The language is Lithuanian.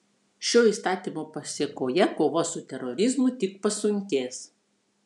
šio įstatymo pasėkoje kova su terorizmu tik pasunkės